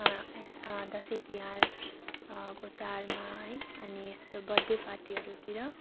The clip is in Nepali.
दसैँ तिहार को चाडमा है अनि यस्तो बर्थ डे पार्टीहरूतिर